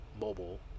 mobile